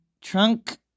Trunk